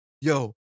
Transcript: yo